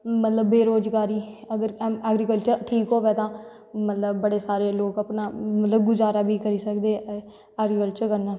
मतलव बेरोजगारी अगर ऐग्रीकल्टर ठीक होगा तां मतलव बड़े सारे लोग अपना मतलव गुज़ारा बी करी सकदे और ऐग्रीतल्चर कन्नै